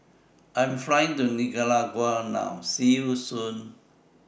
I Am Flying to Nicaragua now See YOU Soon